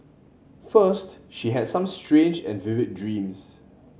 first she had some strange and vivid dreams